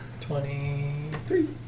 Twenty-three